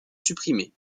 supprimée